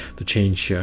to change yeah